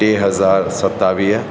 टे हज़ार सतावीह